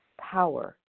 power